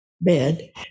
bed